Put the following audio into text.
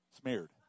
smeared